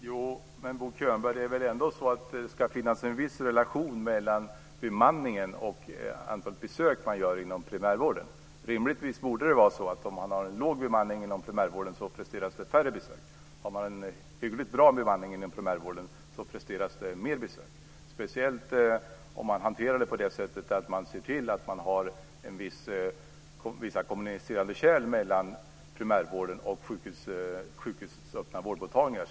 Fru talman! Jo, men Bo Könberg, det är väl ändå så att det ska finnas en viss relation mellan bemanningen och antalet besök man gör inom primärvården. Rimligtvis borde det vara så att om man har en låg bemanning inom primärvården presteras det färre besök. Har man en hyggligt bra bemanning inom primärvården presteras det mer besök. Speciellt gäller detta om man hanterar det på det sättet att man ser till att man har vissa kommunicerande kärl mellan primärvården och sjukhusens öppna vårdmottagningar.